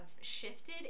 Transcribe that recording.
shifted